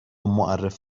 معرف